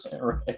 right